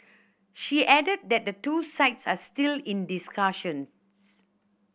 she added that the two sides are still in discussions